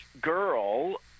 girl